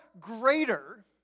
greater